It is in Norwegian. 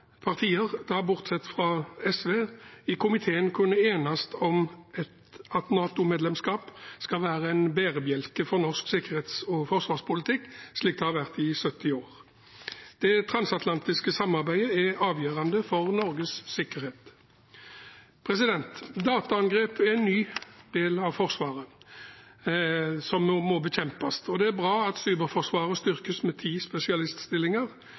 partier, bortsett fra SV, i komiteen kunne enes om at NATO-medlemskap skal være en bærebjelke for norsk sikkerhets- og forsvarspolitikk, slik det har vært i 70 år. Det transatlantiske samarbeidet er avgjørende for Norges sikkerhet. Dataangrep er en ny del av Forsvaret, som må bekjempes. Det er bra at Cyberforsvaret styrkes med ti spesialiststillinger